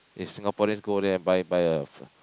if Singaporean go there buy buy a